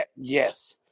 Yes